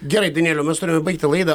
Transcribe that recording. gerai danieliau mes turime baigti laidą